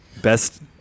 best